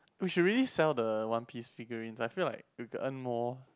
we should really sell the one piece figurine I feel like we could earn more